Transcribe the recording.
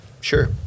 Sure